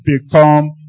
become